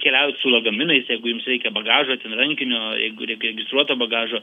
keliaut su lagaminais jeigu jums reikia bagažo ten rankinio reik registruoto bagažo